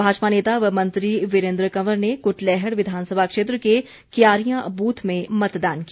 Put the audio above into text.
भाजपा नेता व मंत्री वीरेन्द्र कंवर ने कुटलैहड़ विधानसभा क्षेत्र के क्यारियां बूथ में मतदान किया